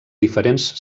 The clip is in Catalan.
diferents